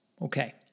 Okay